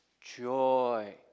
joy